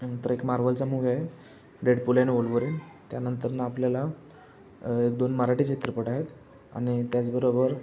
त्यानंतर एक मार्व्हलचा मूव्ही आहे डेडपूल अँड व्होलवरीन त्यानंतर ना आपल्याला एक दोन मराठी चित्रपट आहेत आणि त्याचबरोबर